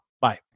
Bye